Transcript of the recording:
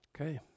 Okay